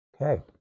Okay